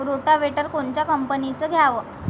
Rotavator कोनच्या कंपनीचं घ्यावं?